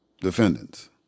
defendants